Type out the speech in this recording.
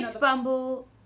Bumble